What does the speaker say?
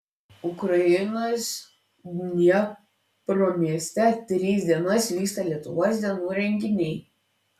ukrainos dniepro mieste tris dienas vyksta lietuvos dienų renginiai